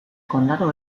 condado